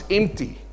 empty